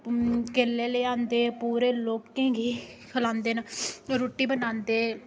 केले लेआंदे पूरे लोकें गी खलांदे न न रुट्टी बनांदे